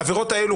העבירות האלה,